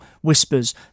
whispers